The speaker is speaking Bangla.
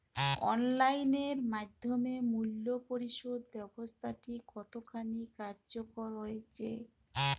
অনলাইন এর মাধ্যমে মূল্য পরিশোধ ব্যাবস্থাটি কতখানি কার্যকর হয়েচে?